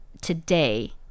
today